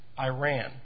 Iran